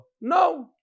No